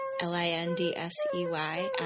L-I-N-D-S-E-Y